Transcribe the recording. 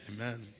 Amen